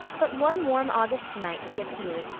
but one warm august night he appeared,